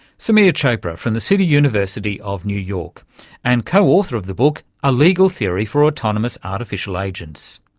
samir chopra from the city university of new york and co-author of the book a legal theory for autonomous artificial agents.